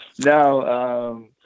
no